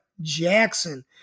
Jackson